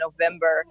November